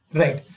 right